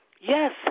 Yes